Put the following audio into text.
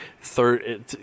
Third